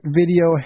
video